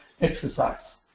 exercise